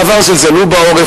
בעבר זלזלו בעורף,